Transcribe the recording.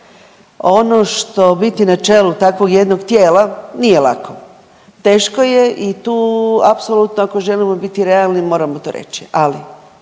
Ono što biti na čelu takvog jednog tijela nije lako. Teško je i tu apsolutno, ako želimo biti realni, moramo to reći. Ali,